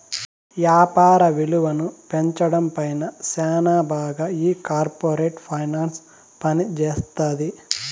యాపార విలువను పెంచడం పైన శ్యానా బాగా ఈ కార్పోరేట్ ఫైనాన్స్ పనిజేత్తది